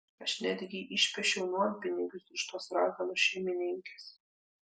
aš netgi išpešiau nuompinigius iš tos raganos šeimininkės